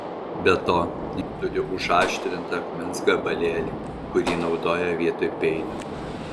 be to ji turi užaštrintą akmens gabalėlį kurį naudoja vietoj peilio